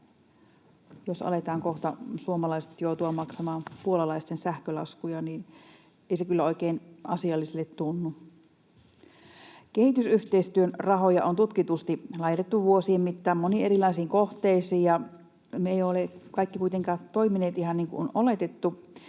aletaan kohta joutua maksamaan puolalaisten sähkölaskuja. Ei se kyllä oikein asialliselle tunnu. Kehitysyhteistyön rahoja on tutkitusti laitettu vuosien mittaan moniin erilaisiin kohteisiin, ja ne eivät ole kaikki kuitenkaan toimineet ihan niin kuin on oletettu.